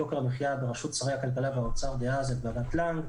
בראשות שרי הכלכלה והאוצר דאז את ועדת לנג.